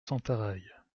sentaraille